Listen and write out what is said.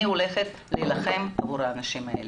אני הולכת להילחם עבור האנשים האלה.